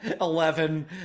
Eleven